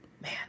man